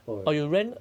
oh ya